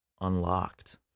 unlocked